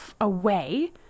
away